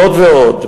זאת ועוד,